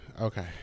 okay